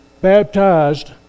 baptized